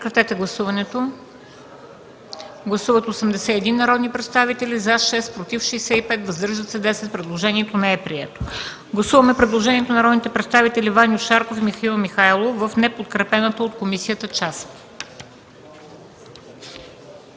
комисията не подкрепя. Гласували 81 народни представители: за 6, против 65, въздържали се 10. Предложението не е прието. Гласуваме предложението на народните представители Ваньо Шарков и Михаил Михайлов в неподкрепената от комисията част.